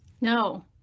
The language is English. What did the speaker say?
no